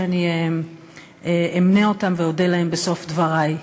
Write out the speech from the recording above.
ואני אמנה אותן ואודה להן בסוף דברי,